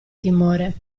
timore